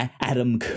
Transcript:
Adam